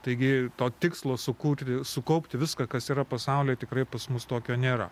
taigi to tikslo sukurti sukaupti viską kas yra pasaulyje tikrai pas mus tokio nėra